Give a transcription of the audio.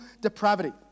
depravity